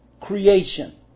creation